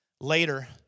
Later